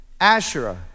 Asherah